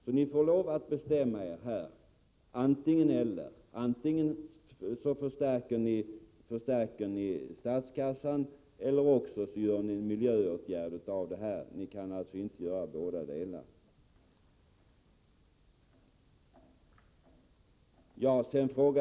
Ni får således lov att bestämma er i detta avseende. Antingen förstärker ni statskassan eller också gör ni det här till en miljöfråga. Ni kan alltså inte göra båda delarna.